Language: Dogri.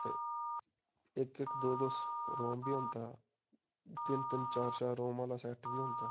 ते इक इक दो दो रूम बी होंदा तिन्न तिन्न चार चार रूम आह्ला सैट बी होंदा